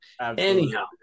Anyhow